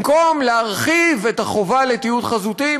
במקום להרחיב את החובה לתיעוד חזותי,